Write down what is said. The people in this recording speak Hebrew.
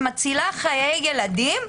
שמצילה חיי ילדים,